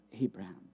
Abraham